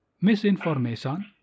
misinformation